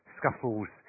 scuffles